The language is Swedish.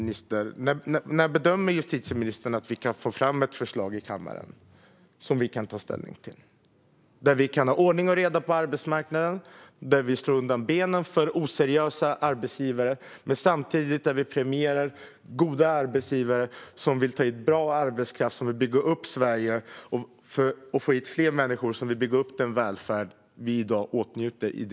När bedömer justitieministern att vi kan få fram ett förslag i kammaren som vi kan ta ställning till så att vi kan få ordning och reda på arbetsmarknaden, slå undan benen på oseriösa arbetsgivare och samtidigt premiera goda arbetsgivare som vill ta hit bra arbetskraft som vill bidra till Sveriges välfärd?